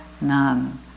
none